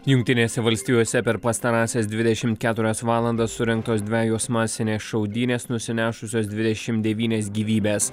jungtinėse valstijose per pastarąsias dvidešim keturias valandas surengtos dvejos masinės šaudynės nusinešusios dvidešim devynias gyvybes